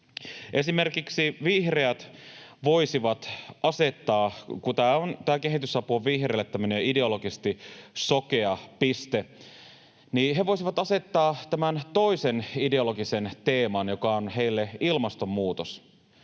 Esimerkiksi vihreät voisivat asettaa — kun tämä kehitysapu on vihreille tämmöinen ideologisesti sokea piste — tämän toisen ideologisen teeman, joka on heille ilmastonmuutos,